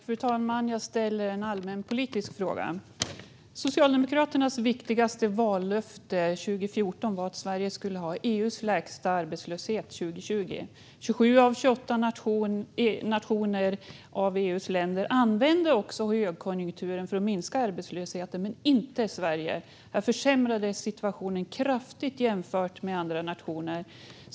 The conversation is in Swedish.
Fru talman! Jag ställer en allmänpolitisk fråga. Socialdemokraternas viktigaste vallöfte 2014 var att Sverige skulle ha EU:s lägsta arbetslöshet 2020. 27 av EU:s 28 länder använde högkonjunkturen för att minska arbetslösheten, men inte Sverige. Här försämrades situationen kraftigt jämfört med andra nationer.